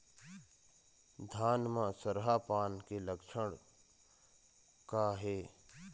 धान म सरहा पान के लक्षण का हे?